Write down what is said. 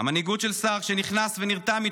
הממשלה לשמור אמונים למדינת ישראל ולחוקיה,